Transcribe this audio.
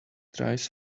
tries